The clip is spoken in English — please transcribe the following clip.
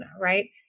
right